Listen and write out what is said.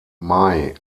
may